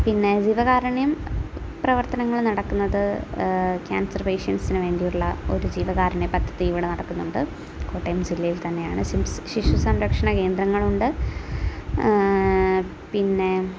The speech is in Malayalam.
പിന്നെ ജീവകാരുണ്യം പ്രവർത്തനങ്ങൾ നടക്കുന്നത് ക്യാൻസർ പേഷ്യൻസിന് വേണ്ടിയിട്ടുള്ള ഒരു ജീവകാരുണ്യ പദ്ധതി ഇവിടെ നടക്കുന്നുണ്ട് കോട്ടയം ജില്ലയിൽ തന്നെയാണ് സിം ശിശു സംരക്ഷണ കേന്ദ്രങ്ങളുണ്ട് പിന്നെ